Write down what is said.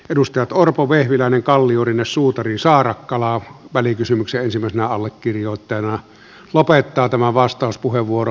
edustajat orpo vehviläinen kalliorinne suutari saarakkala joka välikysymyksen ensimmäisenä allekirjoittajana lopettaa tämän vastauspuheenvuoro osuuden